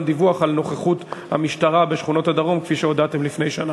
גם דיווח על נוכחות המשטרה בשכונות הדרום כפי שהודעתם לפני שנה?